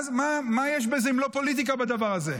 מה יש בזה אם לא פוליטיקה, בדבר הזה?